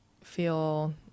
feel